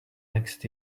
next